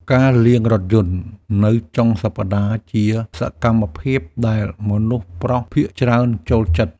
ការលាងរថយន្តនៅចុងសប្តាហ៍ ជាសកម្មភាពដែលមនុស្សប្រុសភាគច្រើនចូលចិត្ត។